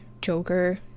Joker